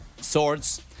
Swords